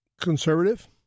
conservative